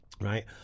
Right